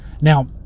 Now